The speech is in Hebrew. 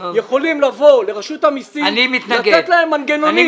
יכולים לבוא לרשות המסים ולתת להם מנגנון.